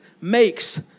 makes